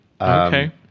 okay